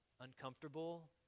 uncomfortable